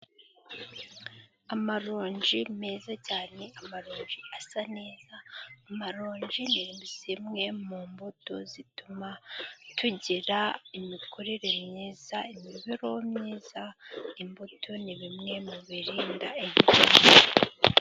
Amaronji meza cyane, amaroji asa neza, amarongi ni zimwe mu mbuto zituma tugira imikorere myiza, imiberero myiza, imbuto ni bimwe mu birinda indwara.